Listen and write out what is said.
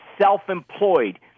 self-employed